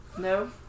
No